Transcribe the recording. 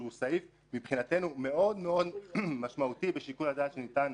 שהוא מבחינתנו סעיף מאוד מאוד משמעותי בשיקול הדעת שניתן,